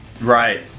right